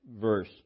verse